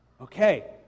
okay